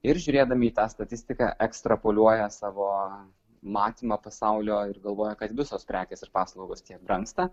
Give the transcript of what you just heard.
ir žiūrėdami į tą statistiką ekstrapoliuoja savo matymą pasaulio ir galvoja kad visos prekės ir paslaugos tiek brangsta